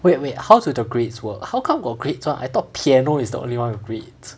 wait wait how do the grades work how come got grades [one] I thought piano is the only one with grades